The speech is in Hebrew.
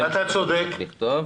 צודק.